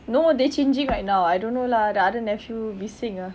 no they changing right now I don't know lah the other nephew bising ah